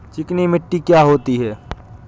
चिकनी मिट्टी क्या होती है?